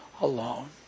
alone